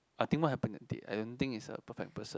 I think what happen that date I didn't think it's a perfect person